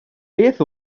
beth